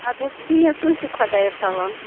ادٕ حَظ بہِو تُہۍ تہِ خۄدایس حوالہٕ